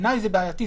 בעיניי זה בעייתי.